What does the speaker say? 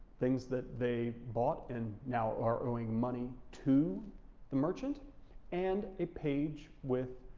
things that they bought and now are owing money to the merchant and a page with